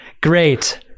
Great